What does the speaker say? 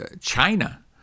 China